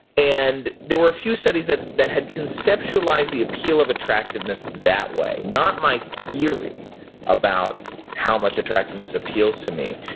and there were a few studies that that had conceptualized the appeal of attractiveness that way. not my theory about how much attraction appeals to me,